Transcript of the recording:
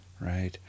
right